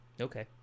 Okay